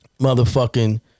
Motherfucking